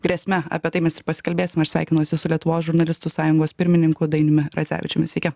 grėsme apie tai mes ir pasikalbėsime aš sveikinuosi su lietuvos žurnalistų sąjungos pirmininku dainiumi radzevičiumi sveiki